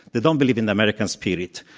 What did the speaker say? they don't believe in the american spirit.